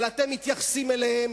אבל אתם מתייחסים אליהם,